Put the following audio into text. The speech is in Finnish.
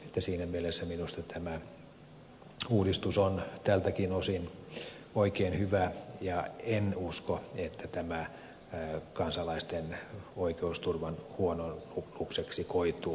siinä mielessä minusta tämä uudistus on tältäkin osin oikein hyvä ja en usko että tämä kansalaisten oikeusturvan huononnukseksi koituu